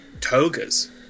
Togas